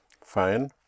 fine